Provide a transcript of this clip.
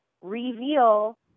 reveal